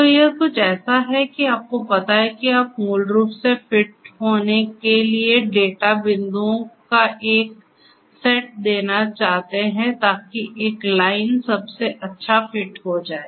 तो यह कुछ ऐसा है कि आपको पता है कि आप मूल रूप से फिट होने के लिए डेटा बिंदुओं का एक सेट देना चाहते हैं ताकि एक लाइन सबसे अच्छा फिट हो जाए